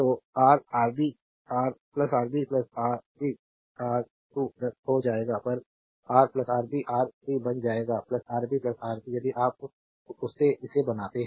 तो रा आरबी रा आरबी आर सी R2 रद्द हो जाएगा रा पर आरबी आर सी बन जाएगा आरबी आर सी यदि आप अभी इसे बनाते हैं